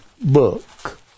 book